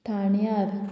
ठाण्यार